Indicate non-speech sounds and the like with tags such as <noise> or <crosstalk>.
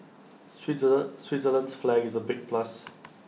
<unintelligible> Switzerland's flag is A big plus